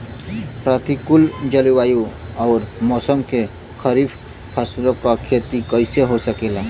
प्रतिकूल जलवायु अउर मौसम में खरीफ फसलों क खेती कइसे हो सकेला?